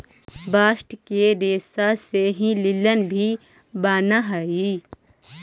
bast के रेसा से ही लिनन भी बानऽ हई